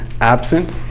absent